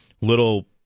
little